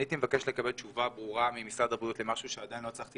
הייתי מבקש לקבל תשובה ברורה ממשרד הבריאות למשהו שעדיין לא הצלחתי